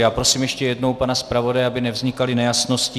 A prosím ještě jednou pana zpravodaje, aby nevznikaly nejasnosti.